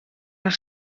aan